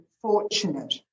fortunate